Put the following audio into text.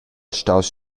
staus